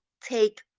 take